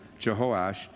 Jehoash